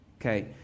Okay